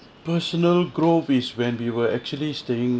personal growth is when we were actually staying